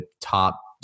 top